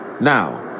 Now